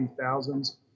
thousands